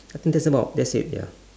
I think that's about that's it ya